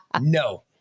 No